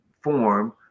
form